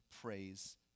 praise